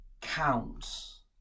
counts